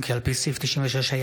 חברי הכנסת,